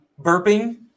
burping